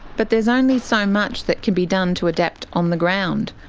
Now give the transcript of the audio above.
but there is only so much that can be done to adapt on the ground.